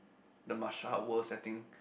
the marshal art world setting